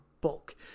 bulk